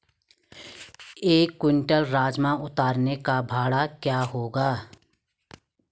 एक क्विंटल राजमा उतारने का भाड़ा क्या होगा?